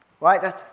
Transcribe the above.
Right